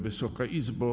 Wysoka Izbo!